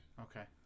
Okay